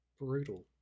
Brutal